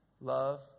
love